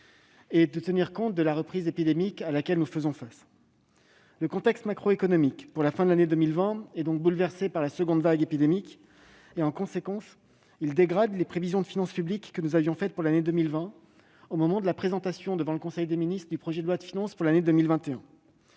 et de tenir compte de la reprise épidémique à laquelle nous faisons face. Le contexte macroéconomique de cette fin d'année, bouleversé par la seconde vague épidémique, conduit à dégrader les prévisions de finances publiques que nous avions faites pour 2020 au moment de la présentation en conseil des ministres du projet de loi de finances pour 2021